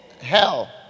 hell